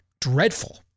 Dreadful